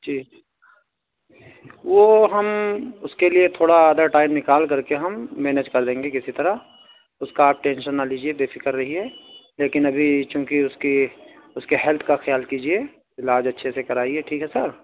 جی وہ ہم اس کے لیے تھوڑا آدھا ٹائم نکال کرکے ہم مینج کر لیں گے کسی طرح اس کا آپ ٹینشن نہ لیجیے بے فکر رہیے لیکن ابھی چونکہ اس کی اس کے ہیلتھ کا خیال کیجیے علاج اچھے سے کرائیے ٹھیک ہے سر